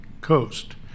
coast